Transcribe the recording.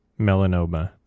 Melanoma